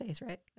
right